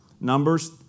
Numbers